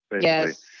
Yes